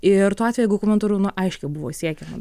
ir tuo atveju jeigu komentaru nu aiškiai buvo siekiama